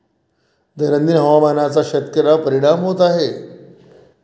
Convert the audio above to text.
दैनंदिन हवामानाचा शेतकऱ्यांवर परिणाम होत आहे